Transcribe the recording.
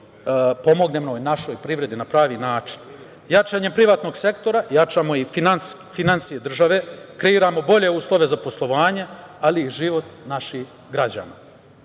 pomognemo našoj privredi na pravi način. Jačanjem privrednog sektora jačamo i finansije države, kreiramo bolje uslove za poslovanje, ali i život naših građana.